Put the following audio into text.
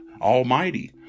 Almighty